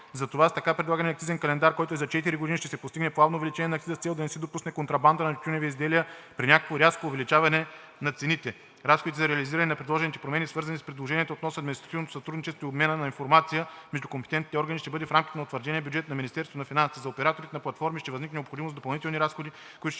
Затова с така предлагания акцизен календар, който е за четири години, ще се постигне плавно увеличаване на акциза, с цел да не се допусне контрабанда на тютюневи изделия при някакво рязко увеличаване на цените. Разходите за реализиране на предложените промени, свързани с предложенията относно административното сътрудничество и обмена на информация между компетентните органи, ще бъдат в рамките на утвърдения бюджет на Министерството на финансите. За операторите на платформи ще възникне необходимост от допълнителни разходи, които ще